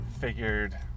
figured